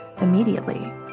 immediately